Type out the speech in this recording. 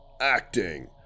acting